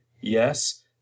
yes